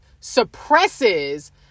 suppresses